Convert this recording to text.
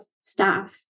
staff